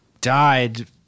died